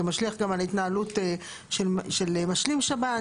זה משליך גם על התנהלות של משלים שב"ן,